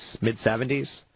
mid-70s